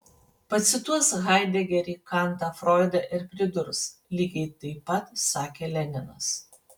pacituos haidegerį kantą froidą ir pridurs lygiai taip pat sakė leninas